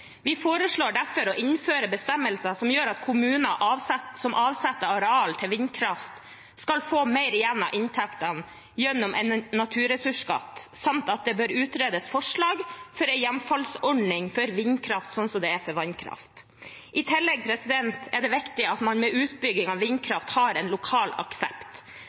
Vi foreslår derfor å innføre bestemmelser som gjør at kommuner som avsetter arealer til vindkraft, skal få mer igjen av inntektene gjennom en naturressursskatt, samt at det bør utredes forslag til en hjemfallsordning for vindkraft, slik som det er for vannkraft. I tillegg er det viktig at man ved utbygging av vindkraft har lokal aksept. Derfor fremmer Senterpartiet også forslag om en lokal